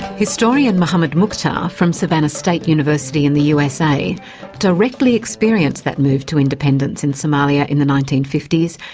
historian mohamed mukhtar from savannah state university in the usa directly experienced that move to independence in somalia in the nineteen fifty s,